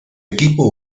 equipo